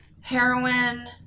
heroin